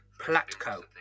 Platko